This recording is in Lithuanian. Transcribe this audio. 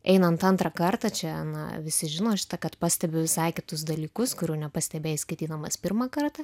einant antrą kartą čia na visi žino kad pastebiu visai kitus dalykus kurių nepastebėjai skaitydamas pirmą kartą